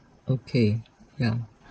okay ya